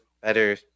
better